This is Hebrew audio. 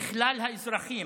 לכלל האזרחים.